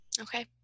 Okay